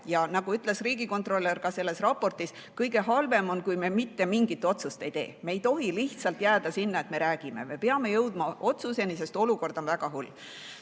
nagu ütles riigikontrolör ka selles raportis, kõige halvem on, kui me mitte mingit otsust ei tee. Me ei tohi jääda lihtsalt selle juurde, et me räägime. Me peame jõudma otsusele, sest olukord on väga hull.